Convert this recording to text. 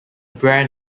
brand